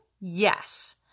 Yes